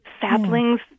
saplings